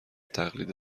تقلید